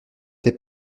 t’ai